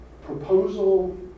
proposal